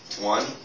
One